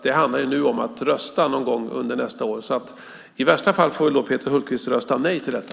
Det handlar ju om att rösta någon gång under nästa år, och i värsta fall får väl Peter Hultqvist rösta nej till detta.